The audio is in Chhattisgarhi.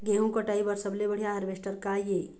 गेहूं कटाई बर सबले बढ़िया हारवेस्टर का ये?